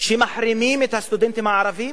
שמחרימים את הסטודנטים הערבים?